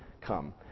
come